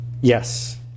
Yes